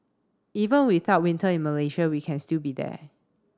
even without winter in Malaysia we can still be there